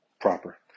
proper